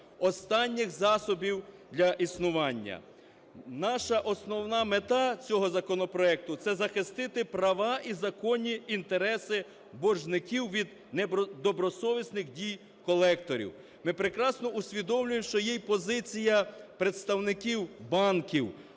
останніх засобів для існування. Наша основна мета цього законопроекту – це захистити права і законні інтереси боржників від недобросовісних дій колекторів. Ми прекрасно усвідомлюємо, що є і позиція представників банків.